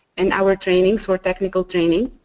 and our trainings for technical training.